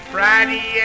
Friday